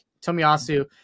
Tomiyasu